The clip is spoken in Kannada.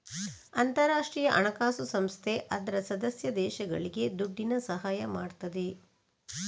ಅಂತಾರಾಷ್ಟ್ರೀಯ ಹಣಕಾಸು ಸಂಸ್ಥೆ ಅದ್ರ ಸದಸ್ಯ ದೇಶಗಳಿಗೆ ದುಡ್ಡಿನ ಸಹಾಯ ಮಾಡ್ತದೆ